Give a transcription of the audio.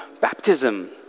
baptism